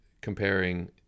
comparing